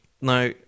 now